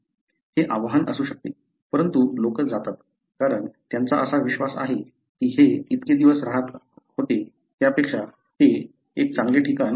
हे आव्हान असू शकते परंतु लोक जातात कारण त्यांचा असा विश्वास आहे की ते इतके दिवस राहत होते त्यापेक्षा ते एक चांगले ठिकाण असू शकते